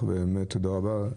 תודה רבה,